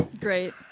Great